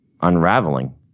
Unraveling